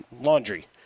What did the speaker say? laundry